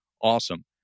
Awesome